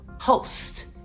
host